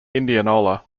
indianola